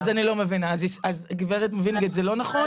אז אני לא מבינה, הגברת מווינגיט, זה לא נכון?